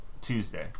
Tuesday